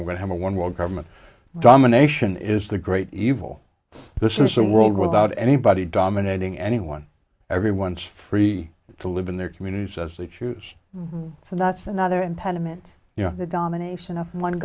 what have a one world government domination is the great evil this is a world without anybody dominating anyone everyone's free to live in their communities as they choose so that's another impediment you know the domination of one